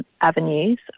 avenues